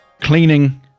cleaning